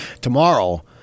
tomorrow